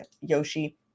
Yoshi